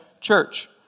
Church